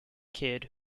kid